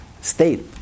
state